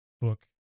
book